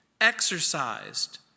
exercised